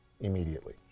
immediately